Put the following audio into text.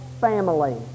family